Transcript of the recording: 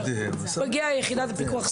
מגיעה יחידת הפיקוח,